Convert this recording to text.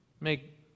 make